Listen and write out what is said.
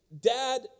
dad